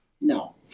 No